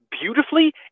beautifully